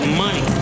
money